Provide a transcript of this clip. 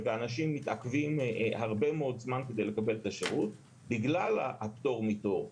ואנשים מתעכבים הרבה מאוד זמן כדי לקבל את השרות בגלל הפטור מתור.